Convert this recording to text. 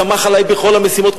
סמך עלי בכל המשימות,